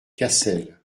cassel